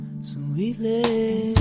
sweetly